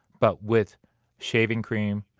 but with shaving cream,